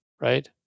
right